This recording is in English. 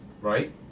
right